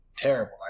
Terrible